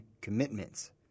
commitments